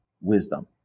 wisdom